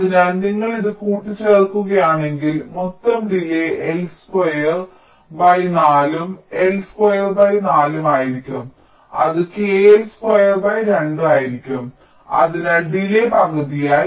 അതിനാൽ നിങ്ങൾ ഇത് കൂട്ടിച്ചേർക്കുകയാണെങ്കിൽ മൊത്തം ഡിലേയ് L സ്ക്വയർ 4 ഉം L സ്ക്വയർ 4 ഉം ആയിരിക്കും അത് KL സ്ക്വയർ 2 ആയിരിക്കും അതിനാൽ ഡിലേയ് പകുതിയായി